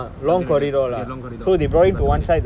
something like that okay long corridor பார்த்தமாரி:paarthamaari